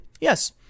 yes